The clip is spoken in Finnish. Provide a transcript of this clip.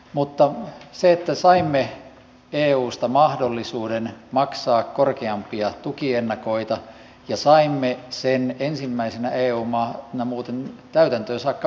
mutta saimme eusta mahdollisuuden maksaa korkeampia tukiennakoita ja saimme sen ensimmäisenä eu maana muuten täytäntöön saakka vietyä